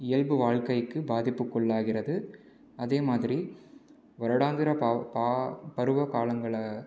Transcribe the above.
இயல்பு வாழ்க்கைக்கு பாதிப்புக்குள்ளாகிறது அதேமாதிரி வருடாந்திர ப பா பருவகாலங்களை